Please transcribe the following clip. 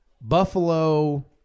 Buffalo